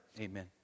amen